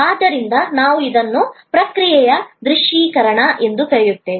ಆದ್ದರಿಂದ ನಾವು ಇದನ್ನು ಪ್ರಕ್ರಿಯೆಯ ದೃಶ್ಯೀಕರಣ ಎಂದು ಕರೆಯುತ್ತೇವೆ